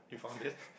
you found it